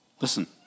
Listen